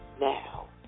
Now